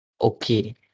okay